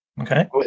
Okay